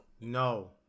no